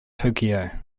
tokyo